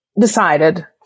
decided